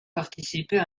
participait